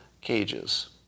cages